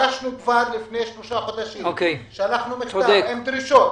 לפני שלושה חודשים שלחנו מכתב עם דרישות,